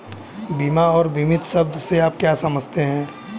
बीमा और बीमित शब्द से आप क्या समझते हैं?